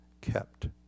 kept